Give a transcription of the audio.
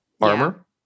armor